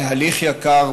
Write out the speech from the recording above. בהליך יקר,